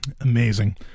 Amazing